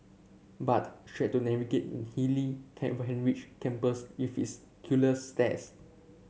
but she had to navigate hilly Kent Ridge campus with its killer stairs